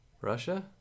Russia